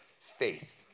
faith